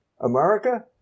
america